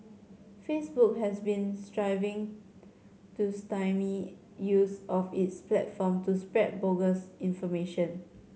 Facebook has been striving to stymie use of its platform to spread bogus information